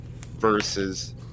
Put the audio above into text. versus